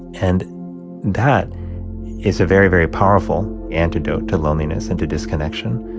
and that is a very, very powerful antidote to loneliness and to disconnection.